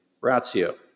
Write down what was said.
ratio